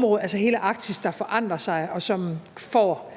og hele Arktis, der forandrer sig, og som får